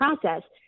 process